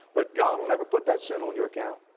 but god will never put that sin on your account.